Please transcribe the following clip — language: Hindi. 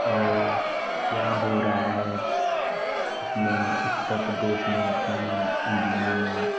और क्या हो रहा है अपने उत्तर प्रदेश में अपनी इंडिया में